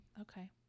Okay